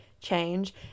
change